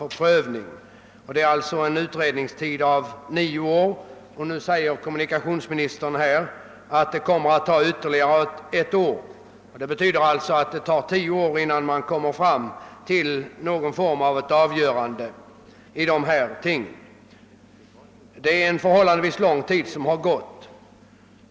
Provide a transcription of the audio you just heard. Utredningen har alltså pågått i nio år, och kommunikationsministern säger nu att arbetet kommer att ta ytterligare ett år. Det betyder att det tar tio år innan det kan bli ett avgörande i detta ärende, och det är ju en förhållandevis lång tid.